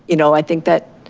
you know i think that